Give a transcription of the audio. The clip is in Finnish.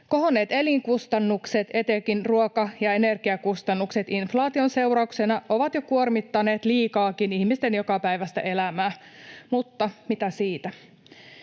Kohonneet elinkustannukset — etenkin ruoka- ja energiakustannukset inflaation seurauksena — ovat jo kuormittaneet liikaakin ihmisten jokapäiväistä elämää, mutta mitä siitä.